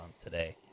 today